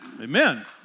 Amen